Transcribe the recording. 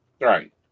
Right